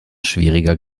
schwieriger